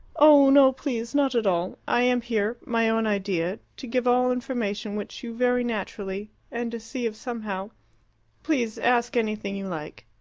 oh, no, please not at all. i am here my own idea to give all information which you very naturally and to see if somehow please ask anything you like.